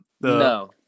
No